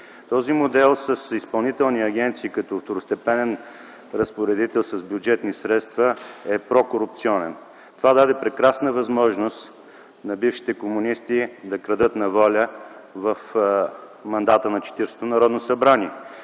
Този модел с изпълнителни агенции като второстепенен разпоредител с бюджетни средства е прокорупционен. Това даде прекрасна възможност на бившите комунисти да крадат на воля в мандата на Четиридесетото Народно събрание.